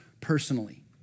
personally